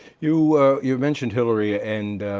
you you mentioned hillary and